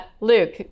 Luke